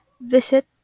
Visit